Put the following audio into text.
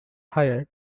hired